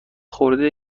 خورده